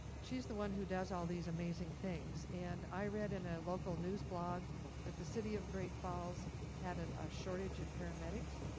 she's the one who does all these amazing things. and i read in a local news blog that the city of great falls had a shortage in paramedics.